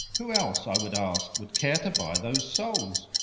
who else, i would ask, would care to buy those souls?